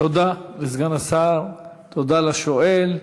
תודה לסגן השר, תודה לשואל.